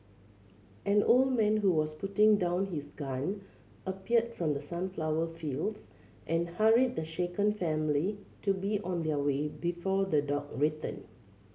an old man who was putting down his gun appeared from the sunflower fields and hurried the shaken family to be on their way before the dog return